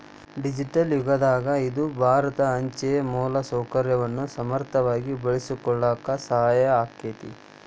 digital ಯುಗದಾಗ ಇದು ಭಾರತ ಅಂಚೆಯ ಮೂಲಸೌಕರ್ಯವನ್ನ ಸಮರ್ಥವಾಗಿ ಬಳಸಿಕೊಳ್ಳಾಕ ಸಹಾಯ ಆಕ್ಕೆತಿ